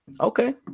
Okay